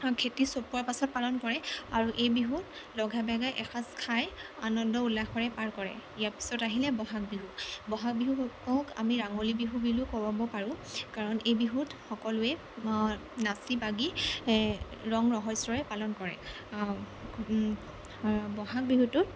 খেতি চপোৱাৰ পিছত পালন কৰে আৰু এই বিহু লগেভাগে এসাঁজ খাই আনন্দ উল্লাসৰে পাৰ কৰে ইয়াৰ পিছত আহিলে বহাগ বিহু বহাগ বিহুক আমি ৰাঙলী বিহু বুলিও ক'ব পাৰোঁ কাৰণ এই বিহুত সকলোৱে নাচি বাগি এই ৰং ৰহইছৰে পালন কৰে বহাগ বিহুটো